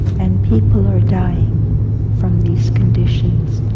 and people are dying from these conditions.